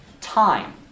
time